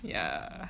yeah